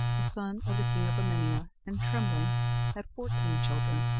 the son of the king of emania and trembling had fourteen children,